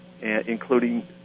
including